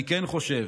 אני כן חושב